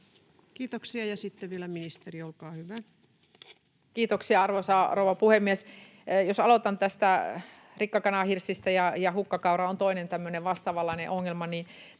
Kiitoksia. — Sitten vielä ministeri, olkaa hyvä. Kiitoksia, arvoisa rouva puhemies! Jos aloitan rikkakanahirssistä — hukkakaura on toinen tämmöinen vastaavanlainen ongelma — niin